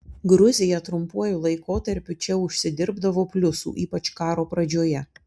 gruzija trumpuoju laikotarpiu čia užsidirbdavo pliusų ypač karo pradžioje